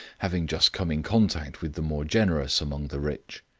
having just come in contact with the more generous among the rich.